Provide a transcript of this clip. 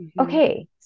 Okay